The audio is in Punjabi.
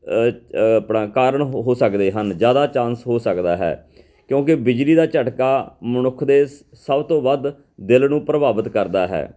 ਆਪਣਾ ਕਾਰਨ ਹੋ ਹੋ ਸਕਦੇ ਹਨ ਜ਼ਿਆਦਾ ਚਾਂਸ ਹੋ ਸਕਦਾ ਹੈ ਕਿਉਂਕਿ ਬਿਜਲੀ ਦਾ ਝਟਕਾ ਮਨੁੱਖ ਦੇ ਸਭ ਤੋਂ ਵੱਧ ਦਿਲ ਨੂੰ ਪ੍ਰਭਾਵਿਤ ਕਰਦਾ ਹੈ